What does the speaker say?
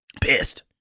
Pissed